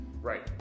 Right